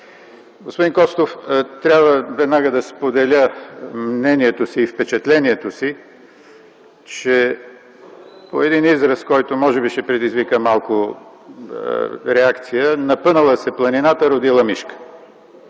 Господин Костов, трябва веднага да споделя мнението и впечатлението си, че – по един израз, който може би ще предизвика малка реакция – напънала се планината, родила мишка.